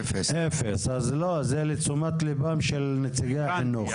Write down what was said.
אז, לא זה לתשומת ליבם של נציגי החינוך.